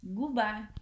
Goodbye